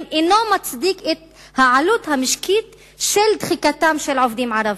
אינו מצדיק את העלות המשקית של שחיקתם של העובדים הערבים,